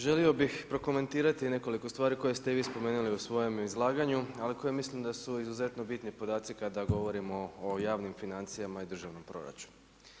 Želio bih prokomentirati nekoliko stvari koje ste i vi spomenuli u svojem izlaganju, ali koje mislim da su izuzetno bitni podaci kada govorimo o javnim financijama i državnom proračunu.